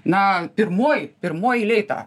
na pirmoj pirmoj eilėj tą